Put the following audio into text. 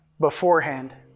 beforehand